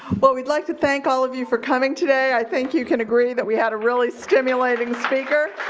well, we'd like to thank all of you for coming today. i think you can agree that we had a really stimulating speaker.